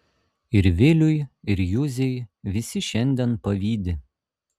ir viliui ir juzei visi šiandien pavydi